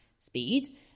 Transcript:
speed